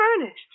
furnished